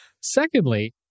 Secondly